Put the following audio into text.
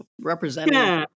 representing